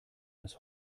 das